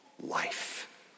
Life